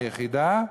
יחידה,